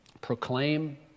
proclaim